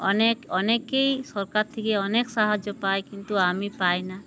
অনেক অনেকেই সরকার থেকে অনেক সাহায্য পায় কিন্তু আমি পাইনা